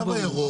התו הירוק,